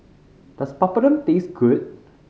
does Papadum taste good